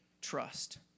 trust